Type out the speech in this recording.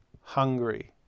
Hungry